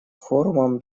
форумом